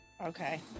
Okay